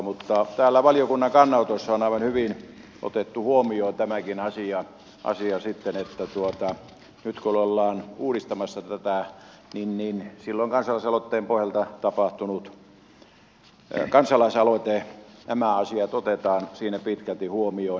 mutta täällä valiokunnan kannanotossa on aivan hyvin otettu huomioon tämäkin asia niin että nyt kun ollaan uudistamassa tätä niin silloin kansalaisaloite nämä asiat otetaan siinä pitkälti huomioon